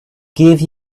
give